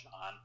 on